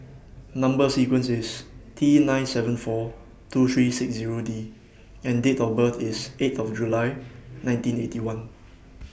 Number sequence IS T nine seven four two three six Zero D and Date of birth IS eight of July nineteen Eighty One